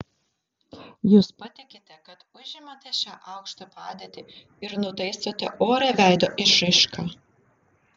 jūs patikite kad užimate šią aukštą padėtį ir nutaisote orią veido išraišką